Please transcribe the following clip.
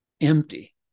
empty